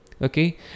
okay